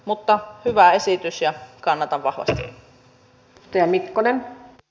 mutta hyvä esitys ja kannatan vahvasti